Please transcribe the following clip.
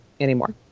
anymore